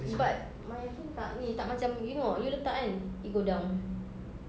but my phone tak ini tak macam you know you letak kan it go down